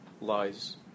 lies